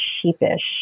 sheepish